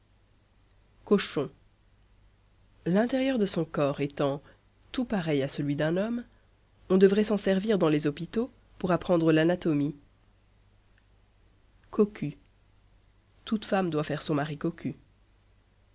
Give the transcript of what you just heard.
cochon l'intérieur de son corps étant tout pareil à celui d'un homme on devrait s'en servir dans les hôpitaux pour apprendre l'anatomie cocu toute femme doit faire son mari cocu